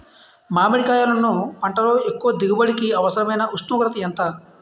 మామిడికాయలును పంటలో ఎక్కువ దిగుబడికి అవసరమైన ఉష్ణోగ్రత ఎంత?